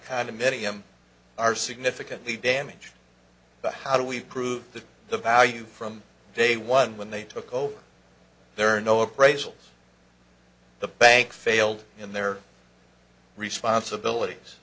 condominium are significantly damage but how do we prove that the value from day one when they took over there are no appraisals the bank failed in their responsibilities